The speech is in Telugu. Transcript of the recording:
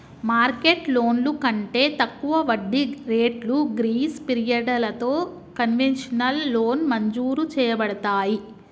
మార్కెట్ లోన్లు కంటే తక్కువ వడ్డీ రేట్లు గ్రీస్ పిరియడలతో కన్వెషనల్ లోన్ మంజురు చేయబడతాయి